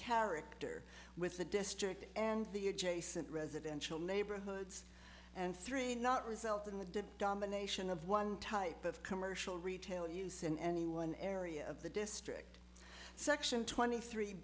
character with the district and the adjacent residential neighborhoods and three not result in the domination of one type of commercial retail use in any one area of the district section twenty three